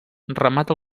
remata